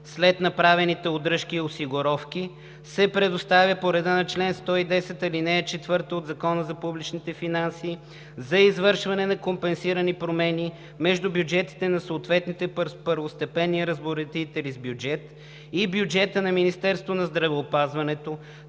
След направените удръжки и осигуровки се предоставя по реда на чл. 110, ал. 4 от Закона за публичните финанси за извършване на компенсирани промени между бюджетите на съответните първостепенни разпоредители с бюджет и бюджета на Министерството на здравеопазването,